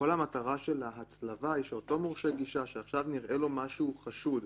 כל המטרה של ההצלבה היא שאותו מורשה גישה שעכשיו נראה לו משהו חשוד,